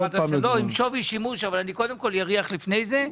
לא עם שווי שימוש, אבל אני קודם כל יריח לפני זה,